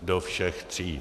Do všech tří.